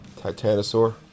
Titanosaur